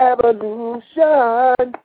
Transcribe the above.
Evolution